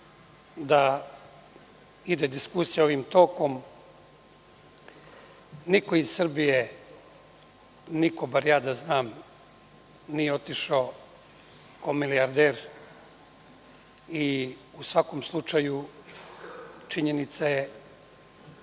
da ide diskusija ovim tokom. Niko iz Srbije, niko bar da ja znam, nije otišao kao milijarder i u svakom slučaju činjenica je,